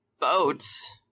boats